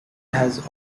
has